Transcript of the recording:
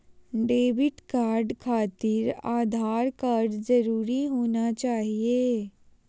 Debit card खातिर Aadhaar card जरूरी होना चाहिए?